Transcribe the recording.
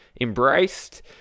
embraced